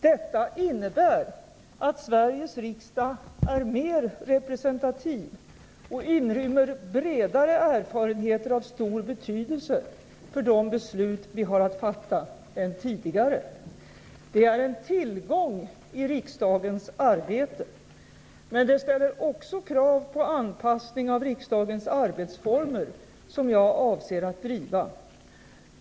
Detta innebär att Sveriges riksdag är mer representativ och inrymmer bredare erfarenheter av stor betydelse för de beslut vi har att fatta än tidigare. Detta är en tillgång i riksdagens arbete. Men det ställer också krav på anpassning av riksdagens arbetsformer, som jag avser att driva.